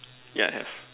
yeah have